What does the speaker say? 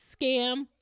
Scam